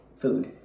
food